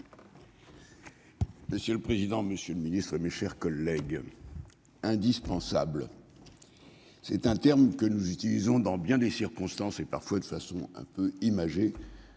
Monsieur le président, Monsieur le Ministre, mes chers collègues. Indispensable. C'est un terme que nous utilisons dans bien des circonstances et parfois de façon un peu imagé.